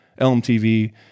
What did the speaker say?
LMTV